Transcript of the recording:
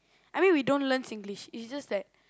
I mean we don't learn Singlish it's just like